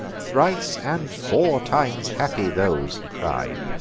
thrice and four times happy those, he cried,